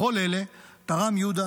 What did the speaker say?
בכל אלה תרם יהודה,